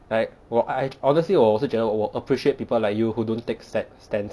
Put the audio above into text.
like 我 I I honestly 我我是觉得我 appreciate people like you who don't take stan~ stance